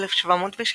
ב-1707,